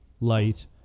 light